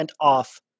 off